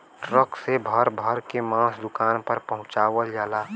truck से भर भर के मांस दुकान पर पहुंचवाल जाला